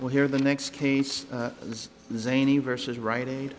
well here the next case is the zany versus rite aid